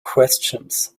questions